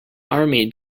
army